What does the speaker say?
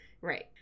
Right